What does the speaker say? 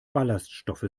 ballaststoffe